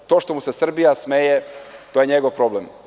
To što mu se Srbija smeje, to je njegov problem.